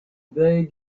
they